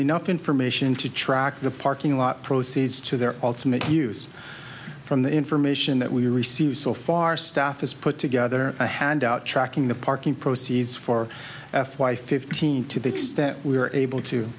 enough information to track the parking lot proceeds to their ultimate use from the information that we received so far staff has put together a handout tracking the parking proceeds for f y fifteen to the extent we were able to